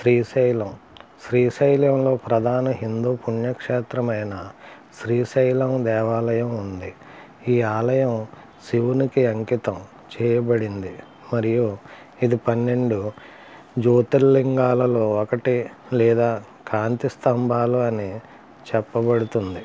శ్రీశైలం శ్రీశైలంలో ప్రధాన హిందూ పుణ్యక్షేత్రమైన శ్రీశైలం దేవాలయం ఉంది ఈ ఆలయం శివునికి అంకితం చేయబడింది మరియు ఇది పన్నెండు జ్యోతిర్లింగాలలో ఒకటి లేదా కాంతి స్తంభాలు అని చెప్పబడుతుంది